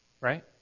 right